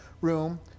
room